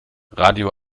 radio